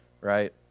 Right